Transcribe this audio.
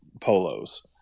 polos